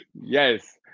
Yes